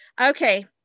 Okay